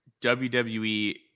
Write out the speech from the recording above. WWE